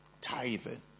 tithing